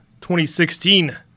2016